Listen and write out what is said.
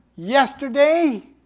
Yesterday